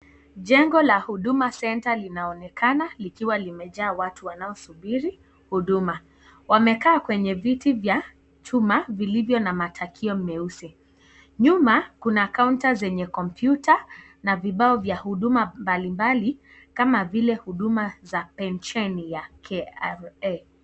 Jengo la huduma centre linaonekana likiwalimejaa watu wanaosubiri huduma. Wamekaa kwenye viti vya chuma vilivyo na matakio meusi. Nyuma kuna kaunta zenye kompyuta na vibao vya huduma mbalimbali kama vile huduma za pencheni ya KRA.